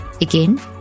Again